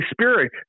Spirit